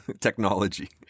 technology